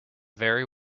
very